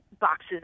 boxes